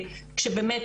כשבאמת,